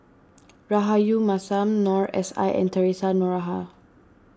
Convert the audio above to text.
Rahayu Mahzam Noor S I and theresa Noronha